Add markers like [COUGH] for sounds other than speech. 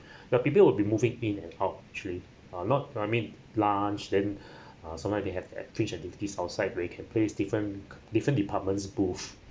[BREATH] the people will be moving in and out actually uh not I mean lunch then [BREATH] uh sometimes they have at fringe activities outside where we can place different different departments booth